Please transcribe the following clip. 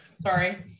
Sorry